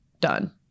done